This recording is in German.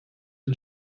den